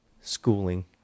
schooling